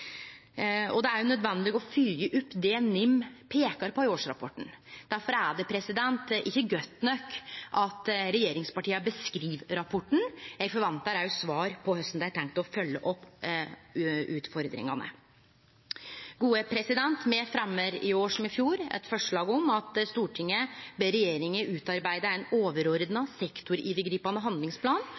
Det er nødvendig å følgje opp det NIM peikar på i årsrapporten. Difor er det ikkje godt nok at regjeringspartia beskriv rapporten. Eg forventar også svar på korleis dei har tenkt å følgje opp utfordringane. Me fremjar i år som i fjor eit forslag om at Stortinget ber regjeringa utarbeide ein overordna sektorovergripande handlingsplan